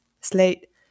Slate